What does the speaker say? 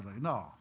No